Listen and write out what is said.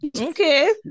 Okay